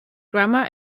grammar